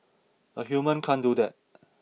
a human can't do that